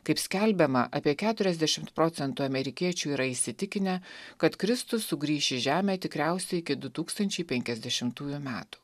kaip skelbiama apie keturiasdešimt procentų amerikiečių yra įsitikinę kad kristus sugrįš į žemę tikriausiai iki du tūkstančiai penkiasdešimtųjų metų